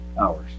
hours